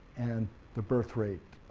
and the birthrate